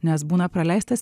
nes būna praleistas